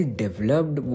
developed